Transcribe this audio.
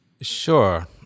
Sure